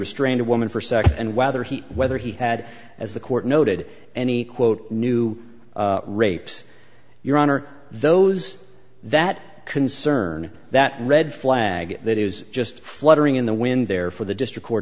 restrained a woman for sex and whether he whether he had as the court noted any quote new rapes your honor those that concern that red flag that is just fluttering in the wind there for the district court